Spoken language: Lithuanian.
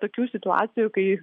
tokių situacijų kai